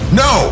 no